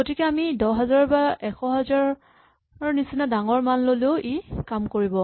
গতিকে আমি ১০০০০ বা ১০০০০০ ৰ নিচিনা ডাঙৰ মান ল'লেও ই কাম দিব